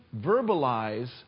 verbalize